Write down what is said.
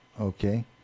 Okay